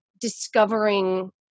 discovering